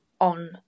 on